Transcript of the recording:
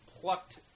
plucked